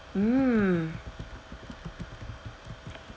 mm